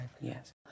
Yes